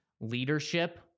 leadership